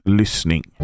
lyssning